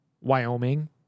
Wyoming